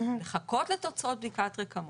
לחכות לתוצאות בדיקת רקמות,